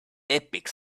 epic